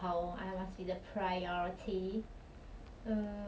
很有爱心 to animals 不可以不喜欢猫 or 狗